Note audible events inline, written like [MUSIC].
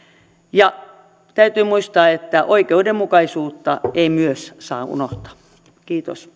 ja täytyy muistaa että oikeudenmukaisuutta ei myöskään saa unohtaa kiitos [UNINTELLIGIBLE]